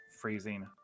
freezing